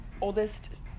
oldest